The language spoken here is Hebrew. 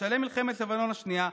בשלהי מלחמת לבנון השנייה,